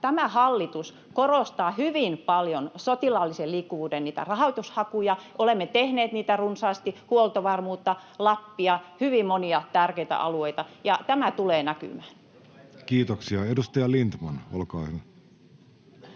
tämä hallitus korostaa hyvin paljon sotilaallisen liikkuvuuden rahoitushakuja. Olemme tehneet niitä runsaasti — huoltovarmuutta, Lappia, hyvin monia tärkeitä alueita — ja tämä tulee näkymään. [Speech 58] Speaker: